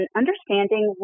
understanding